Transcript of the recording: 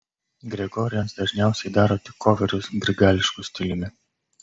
gregorians dažniausiai daro tik koverius grigališku stiliumi